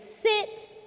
sit